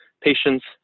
patients